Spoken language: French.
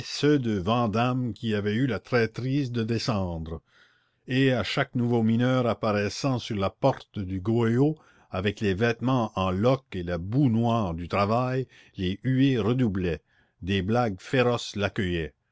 ceux de vandame qui avaient eu la traîtrise de descendre et à chaque nouveau mineur apparaissant sur la porte du goyot avec les vêtements en loques et la boue noire du travail les huées redoublaient des blagues féroces l'accueillaient